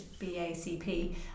BACP